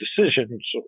decisions